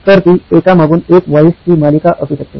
तर ती एकामागून एक व्हाइसची मालिका असू शकते